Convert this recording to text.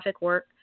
work